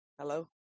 hello